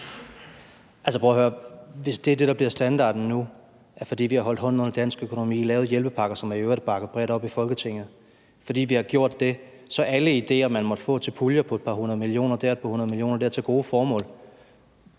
os sige, at det, der bliver standarden nu, er, at fordi vi har holdt hånden under dansk økonomi og lavet hjælpepakker, som i øvrigt er bakket bredt op i Folketinget, så er alle ideer, man måtte få til puljer på et par hundrede millioner kroner til gode formål,